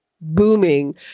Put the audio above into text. booming